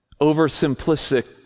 oversimplistic